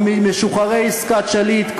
הוא ממשוחררי עסקת שליט,